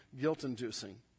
guilt-inducing